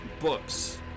books